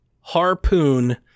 harpoon